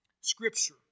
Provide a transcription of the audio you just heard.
Scripture